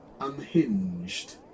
unhinged